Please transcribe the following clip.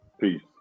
peace